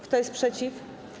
Kto jest przeciw?